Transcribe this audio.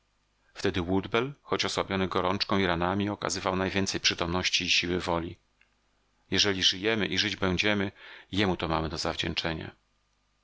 wtedy woodbell choć osłabiony gorączką i ranami okazywał najwięcej przytomności i siły woli jeżeli żyjemy i żyć będziemy jemu to mamy do zawdzięczenia